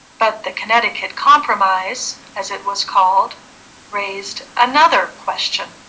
but the connecticut compromise as it was called raised another question